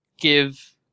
give